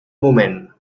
moment